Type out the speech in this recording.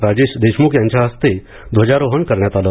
राजेश देशम्ख यांच्या हस्ते ध्वजारोहण करण्यात आलं